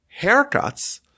haircuts